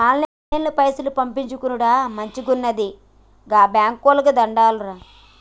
ఆన్లైన్ల పైసలు పంపిచ్చుకునుడు మంచిగున్నది, గా బాంకోళ్లకు దండాలురా